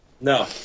No